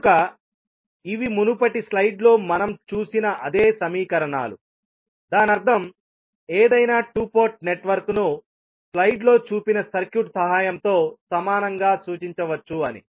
కనుక ఇవి మునుపటి స్లైడ్లో మనం చూసిన అదే సమీకరణాలుదానర్థం ఏదైనా 2 పోర్ట్ నెట్వర్క్ను స్లైడ్లో చూపిన సర్క్యూట్ సహాయంతో సమానంగా సూచించవచ్చు అని